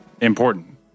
important